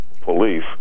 police